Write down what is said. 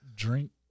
Drink